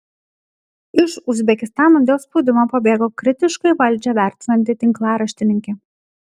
iš uzbekistano dėl spaudimo pabėgo kritiškai valdžią vertinanti tinklaraštininkė